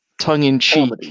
tongue-in-cheek